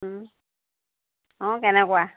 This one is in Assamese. অঁ কেনেকুৱা